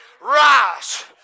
rise